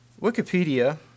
Wikipedia